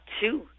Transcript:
two